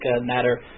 matter